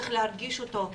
צריך להרגיש אותו,